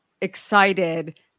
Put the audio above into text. excited